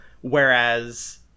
Whereas